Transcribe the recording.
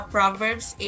Proverbs